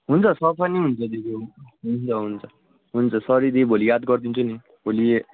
हुन्छ सफा नै हुन्छ दिदी हुन्छ हुन्छ हुन्छ सरी दी भोलि याद गरिदिन्छु नि भोलि